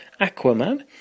Aquaman